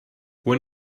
when